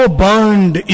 burned